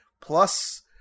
plus